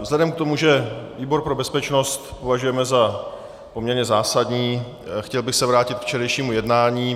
Vzhledem k tomu, že výbor pro bezpečnost považujeme za poměrně zásadní, chtěl bych se vrátit k včerejšímu jednání.